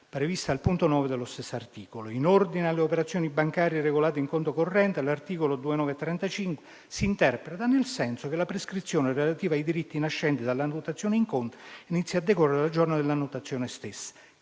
previsto al comma 9 dello stesso articolo: «In ordine alle operazioni bancarie regolate in conto corrente l'articolo 2935 del codice civile si interpreta nel senso che la prescrizione relativa ai diritti nascenti dall'annotazione in conto inizia a decorrere dal giorno dell'annotazione stessa».